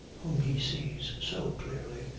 whom he sees so clearly,